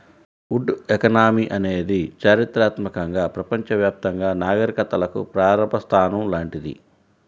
would economy అనేది చారిత్రాత్మకంగా ప్రపంచవ్యాప్తంగా నాగరికతలకు ప్రారంభ స్థానం లాంటిది